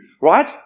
right